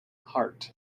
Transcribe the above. heart